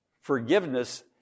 Forgiveness